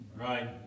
Right